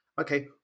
Okay